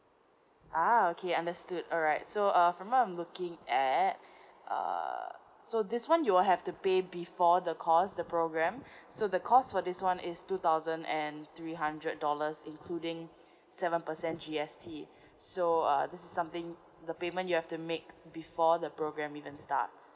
uh okay understood alright so uh from what I'm looking at uh so this one you will have to pay before the course the program so the cost for this one is two thousand and three hundred dollars including seven percent GST so uh this is something the payment you have to make before the program even starts